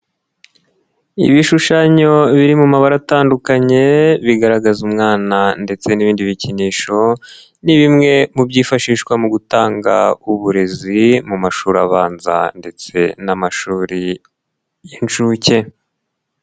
Ibishushanyo biri mu mabara atandukanye bigaragaza umwana ndetse n'ibindi bikinisho, ni bimwe mu byifashishwa mu gutanga uburezi mu mashuri abanza ndetse n'amashuri y'inshuke.